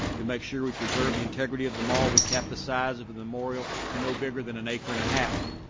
to make sure we preserve the integrity of the mall, we capped the size of the memorial to no bigger than an acre and a half.